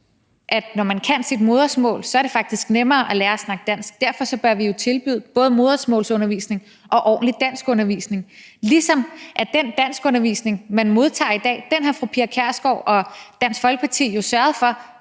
at når man kan sit modersmål, er det faktisk nemmere at lære at snakke dansk. Derfor bør vi jo tilbyde både modersmålsundervisning og ordentlig danskundervisning, og den danskundervisning, man modtager i dag, har fru Pia Kjærsgaard og Dansk Folkeparti jo sørget for